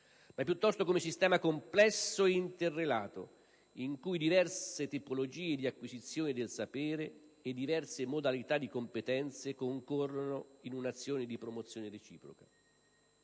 ma piuttosto come sistema complesso ed interrelato, in cui diverse tipologie di acquisizione del sapere e diverse modalità di competenze concorrono in un'azione di promozione reciproca.